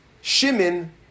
Shimon